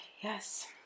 yes